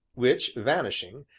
which, vanishing,